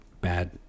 bad